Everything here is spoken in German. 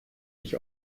ich